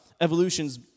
evolution's